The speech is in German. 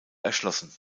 erschlossen